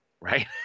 right